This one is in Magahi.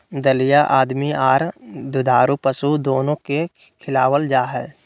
दलिया आदमी आर दुधारू पशु दोनो के खिलावल जा हई,